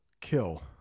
kill